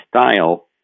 style